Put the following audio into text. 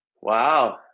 Wow